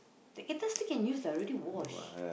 the kettle still can use lah I already wash